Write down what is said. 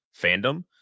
fandom